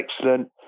excellent